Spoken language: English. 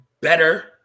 better